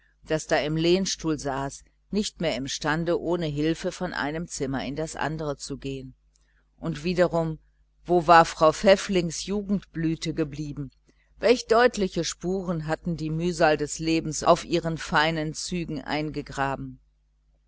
das da im lehnstuhl saß nicht mehr imstande ohne hilfe von einem zimmer in das andere zu gehen und wiederum wo war frau pfäfflings jugendblüte geblieben welch deutliche spuren hatte die mühsal des lebens auf ihren feinen zügen eingegraben